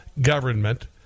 government